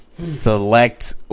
select